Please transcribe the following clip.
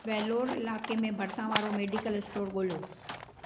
वेल्लोर इलाइक़े में भरिसां वारो मेडिकल स्टोर ॻोल्हियो